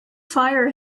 fire